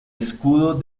escudo